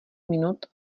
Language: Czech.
minut